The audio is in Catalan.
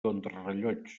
contrarellotge